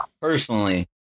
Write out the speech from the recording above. personally